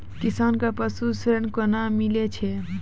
किसान कऽ पसु ऋण कोना मिलै छै?